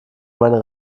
meine